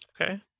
okay